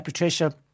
Patricia